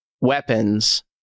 weapons